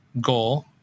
goal